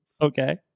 Okay